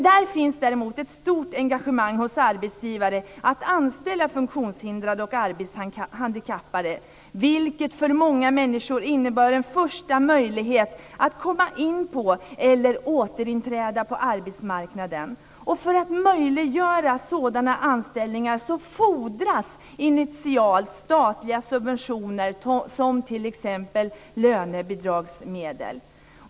Där finns däremot ett stort engagemang hos arbetsgivare för att anställa funktionshindrade och arbetshandikappade, vilket för många människor innebär en första möjlighet att komma in på eller återinträda på arbetsmarknaden. För att möjliggöra sådana anställningar fordras det initialt statliga subventioner, som t.ex. lönebidragsmedel.